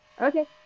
Okay